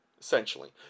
essentially